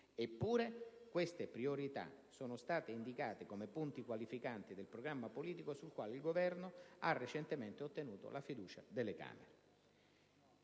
Eppure queste priorità sono state indicate come punti qualificanti del programma politico sul quale il Governo ha recentemente ottenuto la fiducia delle Camere.